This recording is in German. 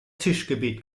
tischgebet